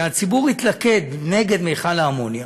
שהציבור התלכד נגד מכל האמוניה,